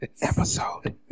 episode